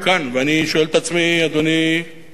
ואני שואל את עצמי, אדוני, למה?